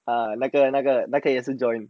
ah 那个那个那个也是 join